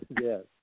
Yes